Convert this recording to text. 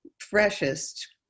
freshest